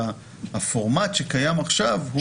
הפורמט שקיים עכשיו הוא,